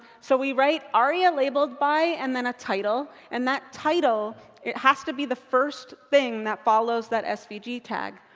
so we write aria labeled by and then a title. and that title it has to be the first thing that follows that svg tag.